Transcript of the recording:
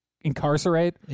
incarcerate